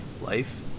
life